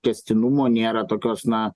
tęstinumo nėra tokios na